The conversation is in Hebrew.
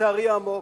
לצערי העמוק.